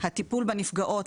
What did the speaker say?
הטיפול בנפגעות,